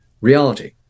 reality